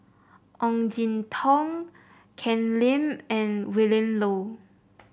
Ong Jin Teong Ken Lim and Willin Low